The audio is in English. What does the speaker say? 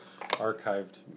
archived